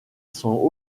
son